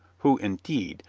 who, indeed,